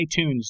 iTunes